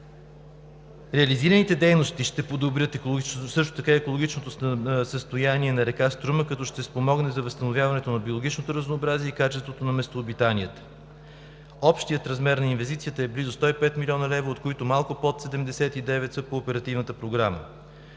Реализираните дейности ще подобрят също така екологичното състояние на река Струма, като ще спомогнат за възстановяване на биологичното разнообразие и качеството на местообитанията. Общият размер на инвестицията е близо 105 млн. лв., от които малко под 79 са по Оперативната програма.